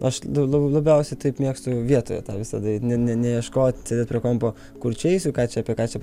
aš nu nu labiausiai taip mėgstu vietoje tą visad daryt ne ne neieškot prie kompo kur čia eisiu ką čia apie ką čia